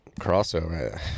crossover